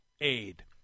aid